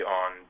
on